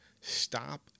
Stop